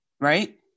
Right